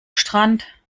strand